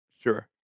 sure